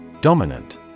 Dominant